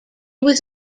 was